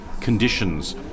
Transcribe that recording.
conditions